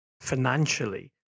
financially